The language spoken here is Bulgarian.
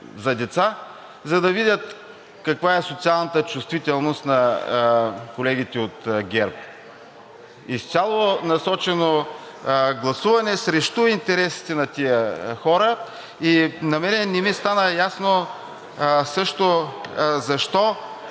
за деца, за да видят каква е социалната чувствителност на колегите от ГЕРБ – изцяло насочено гласуване срещу интересите на тия хора. На мен не ми стана ясно също защо